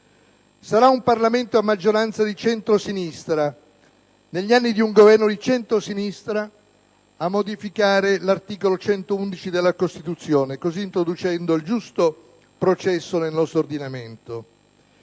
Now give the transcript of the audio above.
Sarà un Parlamento a maggioranza di centrosinistra - negli anni di un Governo di centrosinistra - a modificare l'articolo 111 della Costituzione, così introducendo il giusto processo nel nostro ordinamento.